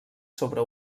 sobre